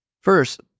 First